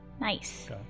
Nice